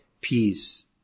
peace